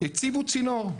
הציבו צינור.